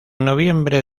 noviembre